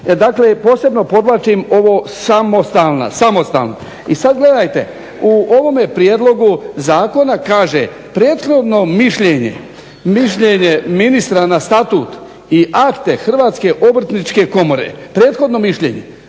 dakle, posebno podvlačim ovo samostalna. I sad gledajte, u ovome prijedlogu zakona kaže prethodno mišljenje, mišljenje ministra na statut i akte HOK-a prethodno